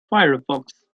firefox